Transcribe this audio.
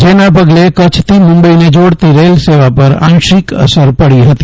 જેના પગલે કચ્છથી મુંબઇને જોડતી રેલ સેવા પર આંશિક અસર પડી હતી